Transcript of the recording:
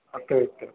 ٹھیک ٹھیک ٹھیک